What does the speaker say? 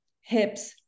hips